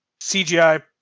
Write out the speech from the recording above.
CGI